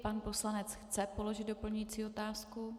Pan poslanec chce položit doplňující otázku.